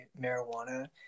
marijuana